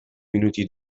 minuti